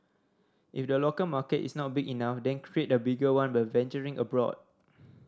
if the local market is not big enough then create a bigger one by venturing abroad